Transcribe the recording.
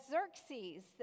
Xerxes